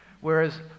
Whereas